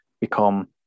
become